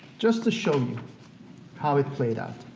just to show you how it played out,